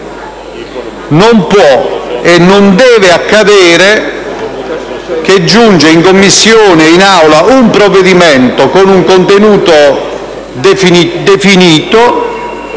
Non può e non deve accadere che giunga in Commissione o in Aula un provvedimento con un contenuto definito